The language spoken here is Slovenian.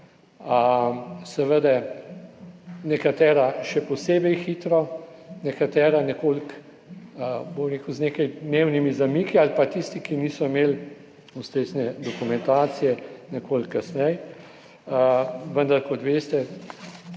času, nekatera še posebej hitro, nekatera z nekajdnevnimi zamiki ali pa tisti, ki niso imeli ustrezne dokumentacije, nekoliko kasneje. Vendar, kot veste,